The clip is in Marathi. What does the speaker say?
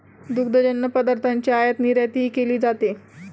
दुग्धजन्य पदार्थांची आयातनिर्यातही केली जाते